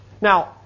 Now